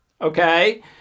okay